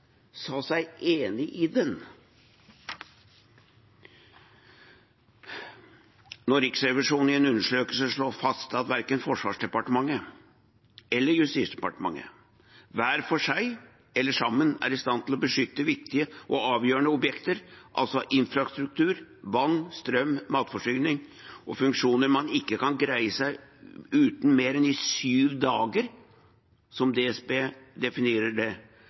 sa seg enig i Riksrevisjonens funn og kritikk. Når Riksrevisjonen i en undersøkelse slår fast at verken Forsvarsdepartementet eller Justisdepartementet, hver for seg eller sammen, er i stand til å beskytte viktige og avgjørende objekter, altså infrastruktur, vann, strøm, matforsyning – funksjoner man ikke kan greie seg uten i mer enn sju dager, slik DSB definerer det